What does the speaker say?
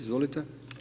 Izvolite.